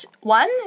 one